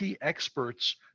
experts